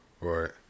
Right